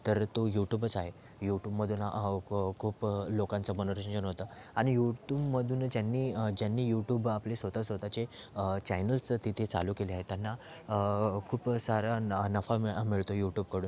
तर तो यूटुबच आहे युटूबमधून कं खूप लोकांचं मनोरंजन होतं आणि युटूबमधून ज्यांनी ज्यांनी युटूब आपले स्वतः स्वतःचे चैनल्स तिथे चालू केले आहे त्यांना खूप सारा नं नफा मं मिळतो यूटुबकडून